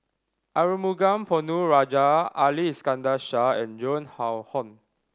Arumugam Ponnu Rajah Ali Iskandar Shah and Joan Hon